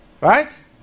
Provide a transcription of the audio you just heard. Right